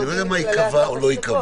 אני לא יודע מה ייקבע או לא ייקבע,